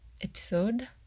episode